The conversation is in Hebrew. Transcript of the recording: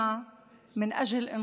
זכרה לברכה,